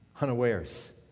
unawares